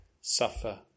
suffer